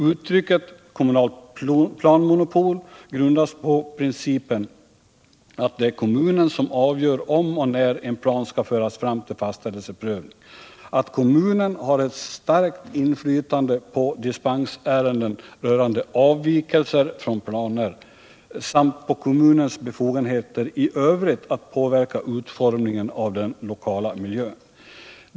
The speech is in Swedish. Uttrycket ”kommunalt planmonopol” grundas på principen att det är kommunen som avgör om och när en plan skall föras fram till fastställelseprövning, att kommunen har ett starkt inflytande på dispensärenden rörande avvikelser från planer, samt på kommunens befogenheter i övrigt att påverka utformningen av den lokala miljön.